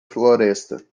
floresta